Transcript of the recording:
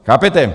Chápete?